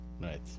Right